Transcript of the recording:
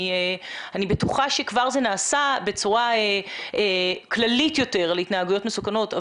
אני בטוחה שזה כבר נעשה בצורה כללית יותר לגבי התנהגויות מסוכנות,